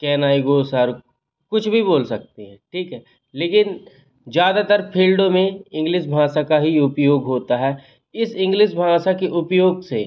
can I go sir कुछ भी बोल सकते हैं ठीक है लेकिन ज़्यादातर फील्डों में इंग्लिस भाषा का ही उपयोग होता है इस इंग्लिस भाषा की उपयोग से